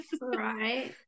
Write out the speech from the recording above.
right